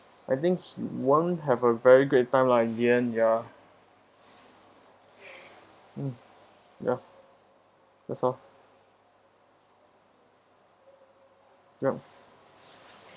I think he won't have a very great time lah end ya mm ya that's all yup